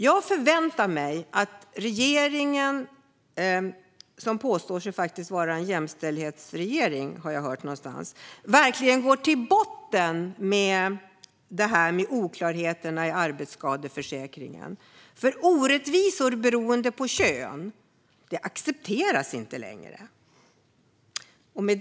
Jag förväntar mig att regeringen, som påstår sig vara en jämställdhetsregering, har jag hört någonstans, verkligen går till botten med det här med oklarheterna i arbetsskadeförsäkringen. Orättvisor beroende på kön accepteras inte längre. Fru talman!